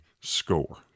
score